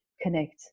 connect